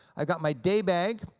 i got my day bag,